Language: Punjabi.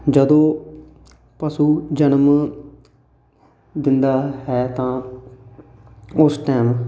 ਜਦੋਂ ਪਸ਼ੂ ਜਨਮ ਦਿੰਦਾ ਹੈ ਤਾਂ ਉਸ ਟਾਈਮ